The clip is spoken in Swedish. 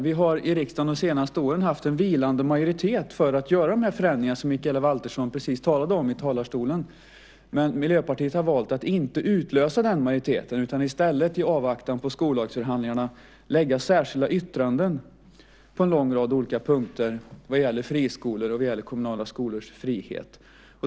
Vi har i riksdagen under de senaste åren haft en vilande majoritet för att göra de förändringar som Mikaela Valtersson precis talade om i talarstolen. Men Miljöpartiet har valt att så att säga inte utlösa den majoriteten utan i stället i avvaktan på skollagsförhandlingarna skriva särskilda yttranden på en lång rad olika punkter vad gäller friskolor och kommunala skolors frihet.